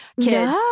Kids